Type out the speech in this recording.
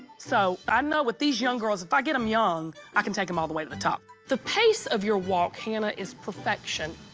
so i know with these young girls, if i get them young, i can take them all the way to the top. the pace of your walk, hannah, is perfection.